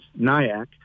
NIAC